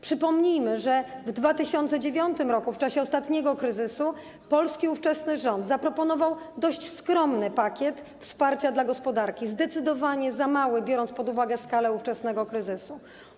Przypomnijmy, że w 2009 r., w czasie ostatniego kryzysu, ówczesny polski rząd zaproponował dość skromny pakiet wsparcia dla gospodarki, zdecydowanie za mały, biorąc pod uwagę skalę ówczesnego kryzysu.